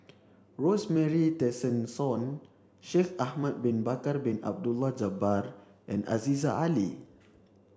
Rosemary Tessensohn Shaikh Ahmad Bin Bakar Bin Abdullah Jabbar and Aziza Ali